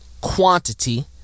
quantity